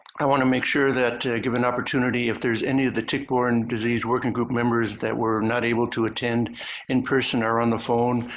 i want to make sure that given the opportunity if there's any of the tick-borne disease working group members that were not able to attend in person or on the phone,